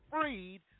freed